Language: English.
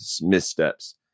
missteps